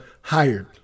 hired